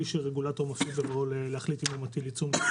שרגולטור מחליט בבואו להחליט אם הוא מטיל עיצום או לא.